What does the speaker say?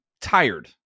tired